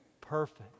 perfect